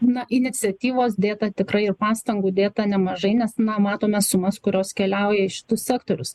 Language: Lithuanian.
na iniciatyvos dėta tikrai ir pastangų dėta nemažai nes na matome sumas kurios keliauja į šitus sektorius